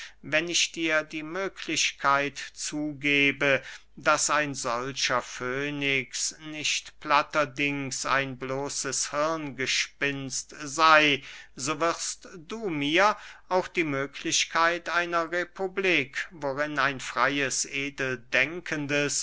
wenn ich dir die möglichkeit zugebe daß ein solcher fönix nicht platterdings ein bloßes hirngespenst sey so wirst du mir auch die möglichkeit einer republik worin ein freyes